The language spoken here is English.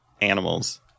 animals